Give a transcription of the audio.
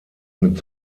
mit